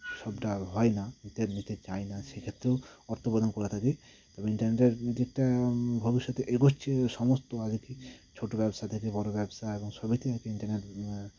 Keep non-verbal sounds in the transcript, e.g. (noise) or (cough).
সবটা হয় না (unintelligible) নিতে চায় না সেক্ষেত্রেও অর্থ প্রদান করে থাকি তবে ইন্টারনেটের দিকটা ভবিষ্যতে এগোচ্ছে সমস্ত আর কি ছোট ব্যবসা থেকো বড় ব্যবসা এখন সবেতেই আর কি ইন্টারনেট মানে